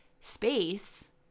space